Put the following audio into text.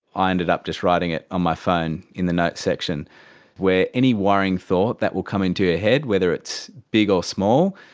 i ended up just writing it on my phone in the notes section where any worrying thought that will come into your head, whether it's big or small,